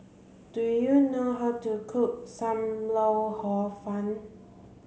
do you know how to cook Sam Lau Hor Fun